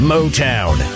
Motown